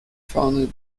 founded